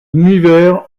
univers